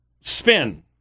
spin